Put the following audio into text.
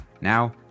Now